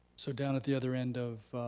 so down at the other end of